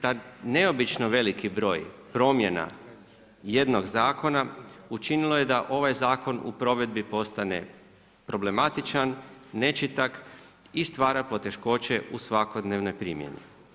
Taj neobični veliki broj promjena jednog zakona učinilo je da ovaj zakon u provedbi postane problematičan, nečitak i stvara poteškoće u svakodnevnoj primjeni.